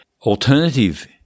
alternative